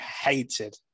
hated